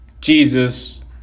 Jesus